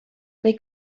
they